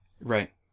Right